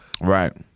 right